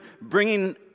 bringing